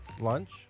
lunch